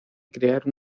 crear